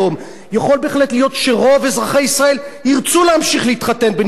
יכול בהחלט להיות שרוב אזרחי ישראל ירצו להמשיך להתחתן בנישואים דתיים.